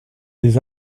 des